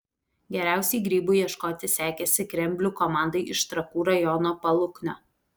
geriausiai grybų ieškoti sekėsi kremblių komandai iš trakų rajono paluknio